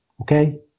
okay